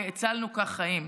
וכך הצלנו חיים.